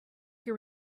your